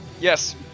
Yes